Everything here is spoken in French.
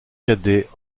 cadets